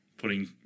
Putting